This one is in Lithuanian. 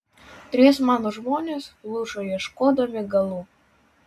trys mano žmonės pluša ieškodami galų